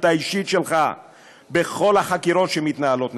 האישית שלך בכל החקירות שמתנהלות נגדך.